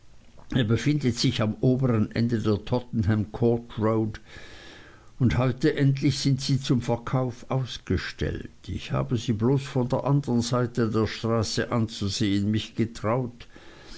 befindet sich am obern ende der tottenham court road und heute endlich sind sie zum verkauf ausgestellt ich habe sie bloß von der andern seite der straße anzusehen mich getraut